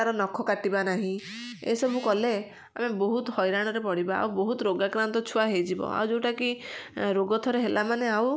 ତାର ନଖ କାଟିବା ନାହିଁ ଏସବୁ କଲେ ଆମେ ବହୁତ ହଇରାଣରେ ପଡ଼ିବା ଆଉ ବହୁତ ରୋଗାକ୍ରାନ୍ତ ଛୁଆ ହେଇଯିବ ଆଉ ଯେଉଁଟା କି ରୋଗ ଥରେ ହେଲାମାନେ ଆଉ